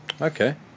Okay